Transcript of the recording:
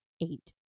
eight